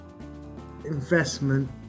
investment